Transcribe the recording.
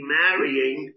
marrying